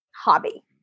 hobby